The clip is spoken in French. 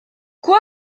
quoi